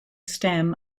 stem